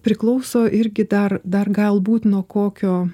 priklauso irgi dar dar galbūt nuo kokio